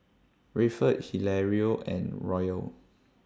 Rayford Hilario and Royal